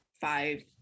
five